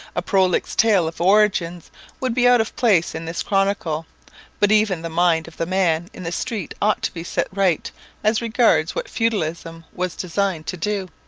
a prolix tale of origins would be out of place in this chronicle but even the mind of the man in the street ought to be set right as regards what feudalism was designed to do,